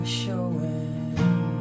showing